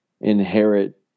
inherit